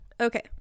Okay